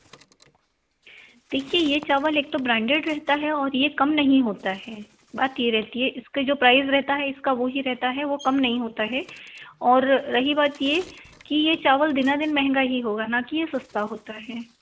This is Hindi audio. देखिए यह चावल एक तो ब्रांडेड रहता है और यह कम नहीं होता है बात यह रहती है इसका जो प्राइज रहता है इसका वह ही रहता है वह कम नहीं होता है और रही बात यह कि यह चावल दिना दिन महँगा ही होगा न कि यह सस्ता होता है